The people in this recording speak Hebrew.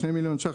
שני מיליון ₪,